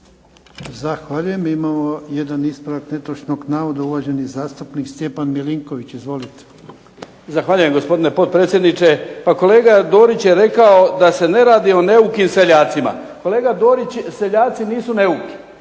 Zahvaljujem. Imamo jedan ispravak netočnog navoda, uvaženi zastupnik Stjepan Milinković. Izvolite. **Milinković, Stjepan (HDZ)** Zahvaljujem gospodine potpredsjedniče. Pa kolega Dorić je rekao da se ne radi o neukim seljacima. Kolega Dorić seljaci nisu neuki,